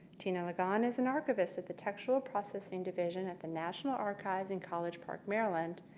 tina ligon is an archivist at the textual processing division at the national archives in college park, maryland,